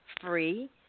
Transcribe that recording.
free